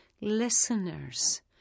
listeners